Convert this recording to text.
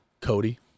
Cody